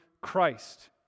Christ